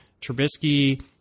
Trubisky